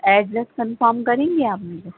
address confirm کریں گی آپ مجھے